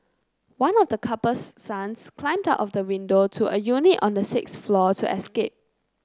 one of the couple's sons climbed out of the window to a unit on the sixth floor to escape